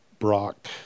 Brock